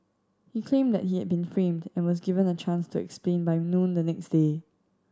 he claimed that he had been framed and was given a chance to explain by noon the next day